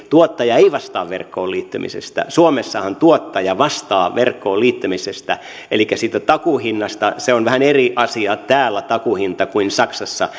tuottaja ei vastaa verkkoon liittymisestä suomessahan tuottaja vastaa verkkoon liittymisestä elikkä siitä takuuhinnasta se takuuhinta on vähän eri asia täällä kuin saksassa